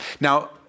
Now